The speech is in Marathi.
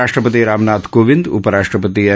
राष्ट्रपती रामनाथ कोविंद उपराष्ट्रपती एम